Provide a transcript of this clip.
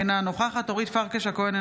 אינה נוכחת אורית פרקש הכהן,